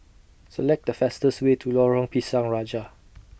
Select The fastest Way to Lorong Pisang Raja